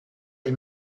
del